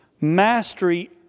Mastery